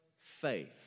faith